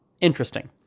interesting